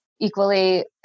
equally